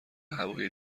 هوایی